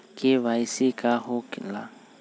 KYC का हो के ला?